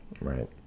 Right